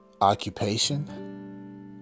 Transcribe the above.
occupation